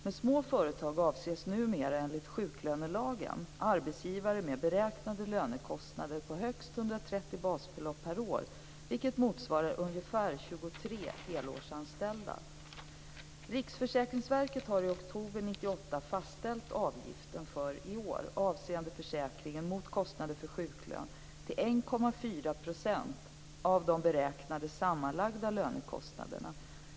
Med små företag avses numera enligt sjuklönelagen arbetsgivare med beräknade lönekostnader på högst 130 basbelopp per år, vilket motsvarar ungefär 23 helårsanställda. Riksförsäkringsverket har i oktober 1998 fastställt avgiften för i år avseende försäkringen mot kostnader för sjuklön till 1,4 % av de beräknade sammanlagda lönekostnaderna.